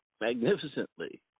magnificently